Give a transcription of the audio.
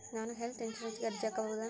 ನಾನು ಹೆಲ್ತ್ ಇನ್ಶೂರೆನ್ಸಿಗೆ ಅರ್ಜಿ ಹಾಕಬಹುದಾ?